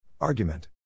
Argument